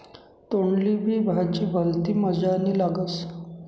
तोंडली नी भाजी भलती मजानी लागस